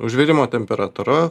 užvirimo temperatūra